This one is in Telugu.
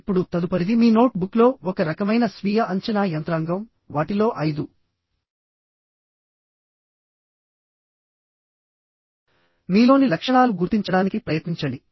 ఇప్పుడు తదుపరిది మీ నోట్ బుక్లో ఒక రకమైన స్వీయ అంచనా యంత్రాంగం వాటిలో ఐదు మీలోని లక్షణాలు గుర్తించడానికి ప్రయత్నించండి